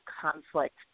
conflict